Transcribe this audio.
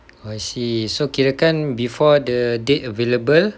oh I see so kirakan before the date available